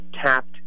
tapped